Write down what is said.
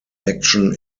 action